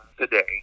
today